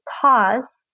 pause